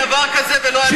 אין דבר כזה ולא היה דבר כזה.